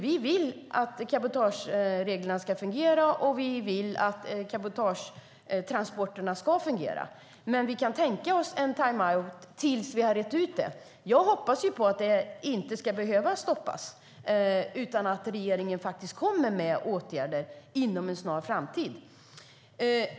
Vi vill att cabotagereglerna och cabotagetransporterna ska fungera men kan som sagt tänka oss en timeout tills vi har rett ut det. Jag hoppas dock att det inte ska behövas ett stopp utan att regeringen kommer med åtgärder inom en snar framtid.